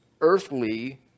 earthly